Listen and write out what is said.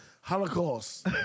holocaust